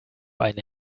eine